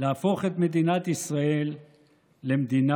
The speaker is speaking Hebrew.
להפוך את מדינת ישראל למדינת